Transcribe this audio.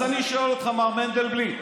אז אני שואל אותך, מר מנדלבליט,